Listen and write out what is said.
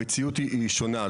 המציאות היא שונה.